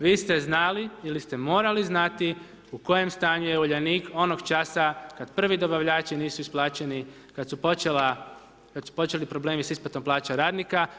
Vi ste znali ili ste morali znati u kojem stanju je Uljanik onog časa kad prvi dobavljači nisu isplaćeni, kad su počeli problemi s isplatom plaća radnika.